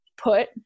put